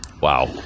Wow